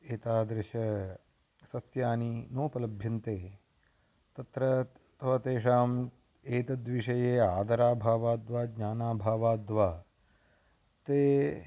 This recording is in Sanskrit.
एतादृश सस्यानि नोपलभ्यन्ते तत्र अत् अथवा तेषाम् एतद्विषये आदराभावाद्वा ज्ञानाभावाद्वा ते